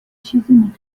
چیزی